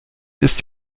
ist